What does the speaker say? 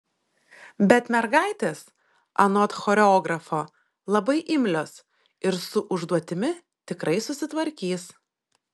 bet mergaitės anot choreografo labai imlios ir su užduotimi tikrai susitvarkys